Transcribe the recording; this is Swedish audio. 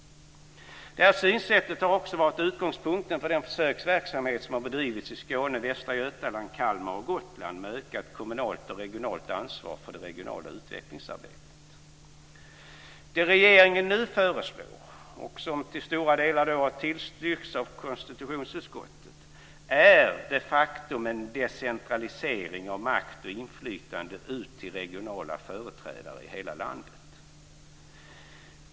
Detta synsätt har också varit utgångspunkten för den försöksverksamhet som har bedrivits i Skåne, Det regeringen nu föreslår, och som till stora delar har tillstyrkts av konstitutionsutskottet, är de facto en decentralisering av makt och inflytande ut till regionala företrädare i hela landet.